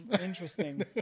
Interesting